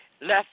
Left